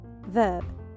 verb